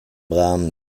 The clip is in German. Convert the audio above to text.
rahmen